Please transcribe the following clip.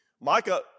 Micah